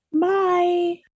Bye